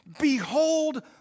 behold